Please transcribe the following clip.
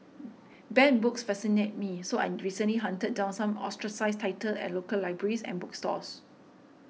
banned books fascinate me so I recently hunted down some ostracised titles at local libraries and bookstores